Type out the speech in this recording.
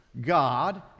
God